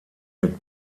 mit